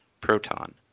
proton